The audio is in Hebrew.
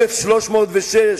1306,